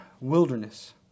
wilderness